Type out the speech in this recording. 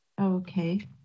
Okay